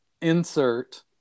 insert